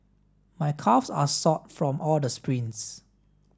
my calves are sore from all the sprints